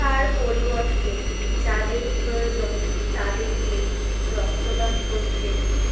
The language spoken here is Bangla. তার পরিবর্তে যাদের প্রয়োজন তাদেরকে রক্তদান করতে